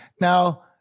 Now